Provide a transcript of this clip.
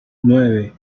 nueve